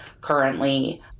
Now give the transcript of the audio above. currently